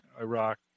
Iraq